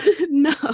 No